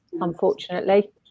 Unfortunately